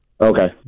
Okay